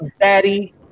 daddy